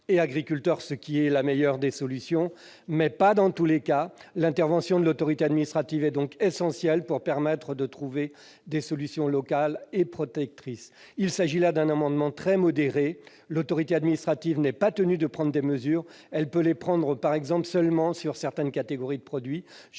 et agriculteurs, ce qui est la meilleure des solutions, mais pas dans tous les cas. L'intervention de l'autorité administrative est donc essentielle pour trouver des solutions locales et protectrices. Il s'agit là d'un amendement très modéré. L'autorité administrative n'est pas tenue de prendre des mesures : elle peut les prendre, par exemple, seulement pour certaines catégories de produits.